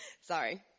Sorry